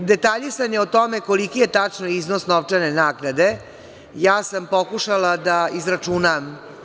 Detaljisanje o tome koliki je tačno iznos novčane naknade, ja sam pokušala da izračunam.